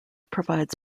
provides